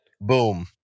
Boom